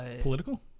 political